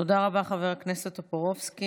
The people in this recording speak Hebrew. תודה רבה, חבר הכנסת טופורובסקי.